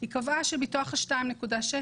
היא קבעה שמתוך ה-2.6,